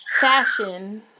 Fashion